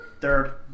Third